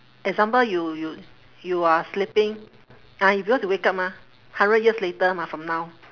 example you you you are sleeping ah because you wake up mah hundred years later mah from now